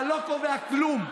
אתה לא קובע כלום.